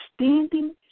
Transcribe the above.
standing